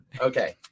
Okay